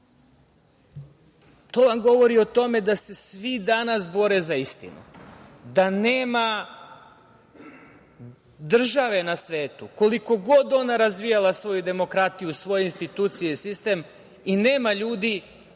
vam govori o tome da se svi danas bore za istinu, da nema države na svetu, koliko god ona razvijala svoju demokratiju, svoje institucije i sistem, nema ljudi